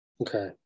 okay